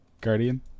Guardian